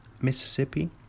Mississippi